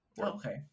Okay